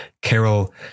Carol